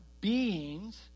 beings